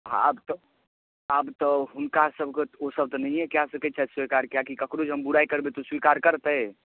आब तऽ आब तऽ हुनकासभके ओसभ तऽ नहिए कए सकैत छथि स्वीकार किआकि ककरो जे हम बुराइ करबै तऽ ओ स्वीकार करतै